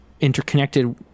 interconnected